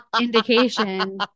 indication